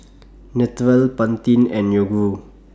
Naturel Pantene and Yoguru